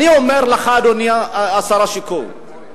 אני אומר לך, אדוני שר השיכון: